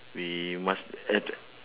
we must add